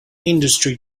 industry